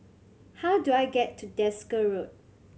how do I get to Desker Road